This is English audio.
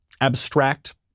abstract